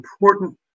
important